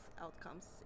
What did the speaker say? outcomes